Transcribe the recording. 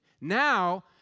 Now